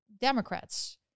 Democrats